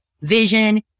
vision